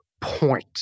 point